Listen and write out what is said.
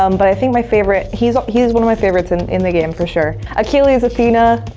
um but i think my favorite he's he's one of my favorites in in the game for sure. achilles, athena,